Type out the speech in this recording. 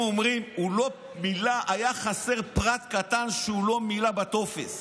אומרים שהיה חסר פרט קטן שהוא לא מילא בטופס.